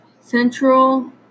central